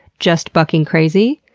just bucking crazy?